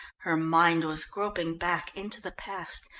her mind was groping back into the past,